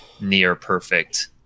near-perfect